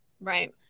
Right